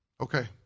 Okay